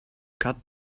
cut